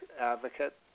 advocate